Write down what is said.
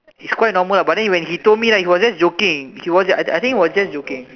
it's quite normal but then when he told me right he was just joking I think he was just joking